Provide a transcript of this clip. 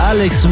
Alex